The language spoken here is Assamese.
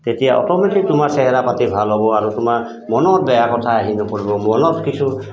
তেতিয়া অট'মেটিক তোমাৰ চেহৰা পাতি ভাল হ'ব আৰু তোমাৰ মনত বেয়া কথা আহি নপৰিব মনত কিছু